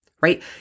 right